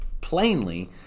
plainly